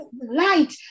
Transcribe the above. light